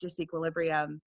disequilibrium